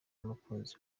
umukunzi